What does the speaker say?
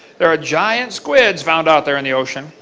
there are giant squids found out there in the ocean.